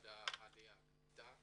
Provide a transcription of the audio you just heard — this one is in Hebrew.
למשרד העלייה והקליטה